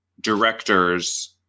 directors